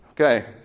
Okay